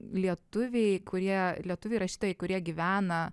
lietuviai kurie lietuviai rašytojai kurie gyvena